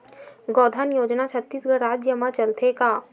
गौधन योजना छत्तीसगढ़ राज्य मा चलथे का?